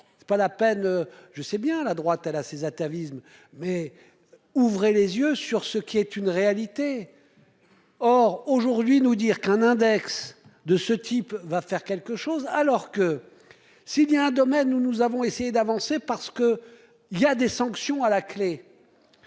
C'est pas la peine je sais bien. La droite elle a ses atavismes mais ouvrez les yeux sur ce qui est une réalité. Or aujourd'hui nous dire qu'un index de ce type va faire quelque chose alors que s'il y a un domaine où nous avons essayé d'avancer parce que il y a des sanctions à la clé.